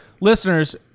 listeners